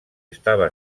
estava